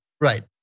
right